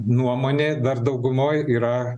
nuomonė dabar daugumoj yra